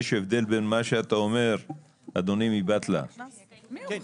אדוני מביטוח לאומי,